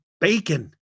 bacon